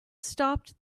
stopped